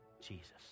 Jesus